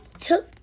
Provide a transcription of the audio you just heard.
took